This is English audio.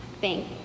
thank